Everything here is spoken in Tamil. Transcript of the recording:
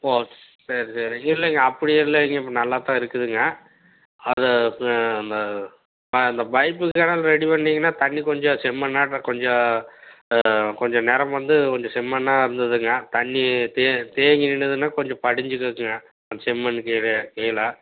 ஓகே சரி சரிங்க இல்லைங்க அப்படி இல்லைங்க இப்போ நல்லாத்தான் இருக்குதுங்க அதை அந்த அந்த பைப்புக்கு வேணா ரெடி பண்ணிங்கன்னா தண்ணி கொஞ்சம் செம்மண்ணாட்டம் கொஞ்சம் கொஞ்சம் நிறம் வந்து கொஞ்சம் செம்மண்ணாக இருந்துதுங்க தண்ணி தே தேங்கி நின்றுதுன்னா கொஞ்சம் படிஞ்சு கிடக்குங்க அந்த செம்மண்ணுக்கு கீழே